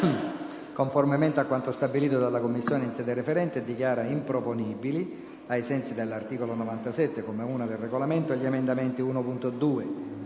conformemente a quanto stabilito dalla Commissione in sede referente, dichiara improponibili, ai sensi dell'articolo 97, comma 1, del Regolamento, gli emendamenti 1.2,